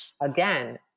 again